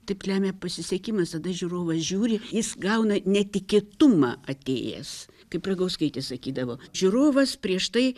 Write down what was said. taip lemia pasisekimas tada žiūrovas žiūri jis gauna netikėtumą atėjęs kaip ragauskaitė sakydavo žiūrovas prieš tai